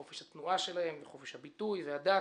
חופש התנועה שלהם וחופש הביטוי והדת,